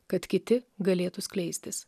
kad kiti galėtų skleistis